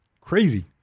crazy